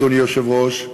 אדוני היושב-ראש,